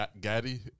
Gaddy